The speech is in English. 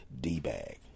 D-bag